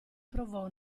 provò